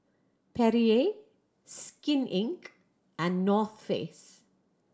Perrier Skin Inc and North Face